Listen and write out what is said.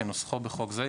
כנוסחו בחוק זה,